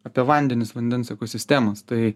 apie vandenis vandens ekosistemas tai